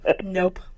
Nope